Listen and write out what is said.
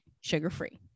sugar-free